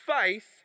faith